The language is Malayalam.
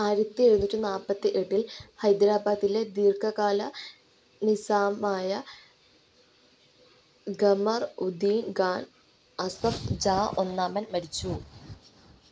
ആയിരത്തിഎഴുന്നൂറ്റി നാൽപ്പത്തി എട്ടിൽ ഹൈദ്രാബാദിലെ ദീർഘകാല നിസാമായ ഖമർഉദ്ദീൻ ഖാൻ അസഫ് ജാ ഒന്നാമൻ മരിച്ചു